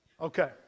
Okay